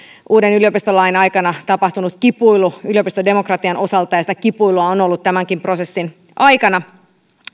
uuden yliopistolain aikana tapahtunut kipuilu yliopistodemokratian osalta ja sitä kipuilua on ollut tämänkin prosessin aikana